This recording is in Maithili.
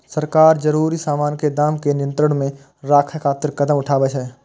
सरकार जरूरी सामान के दाम कें नियंत्रण मे राखै खातिर कदम उठाबै छै